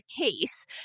case